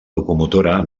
locomotora